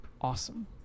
awesome